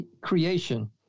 creation